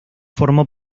formó